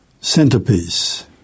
Centerpiece